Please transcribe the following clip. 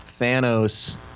Thanos